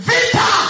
Vita